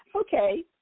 Okay